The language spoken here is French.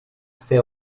ses